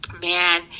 man